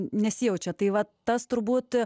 nesijaučia tai va tas turbūt